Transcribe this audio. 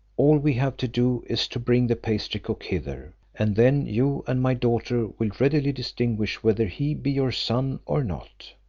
all we have to do, is to bring the pastry-cook hither and then you and my daughter will readily distinguish whether he be your son or not.